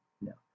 No